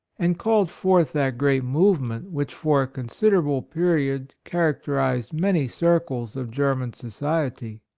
and called forth that great movement which for a considerable period characterized many circles of german society.